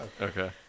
Okay